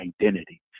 identity